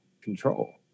control